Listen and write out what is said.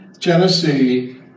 Tennessee